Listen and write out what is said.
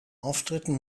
auftritten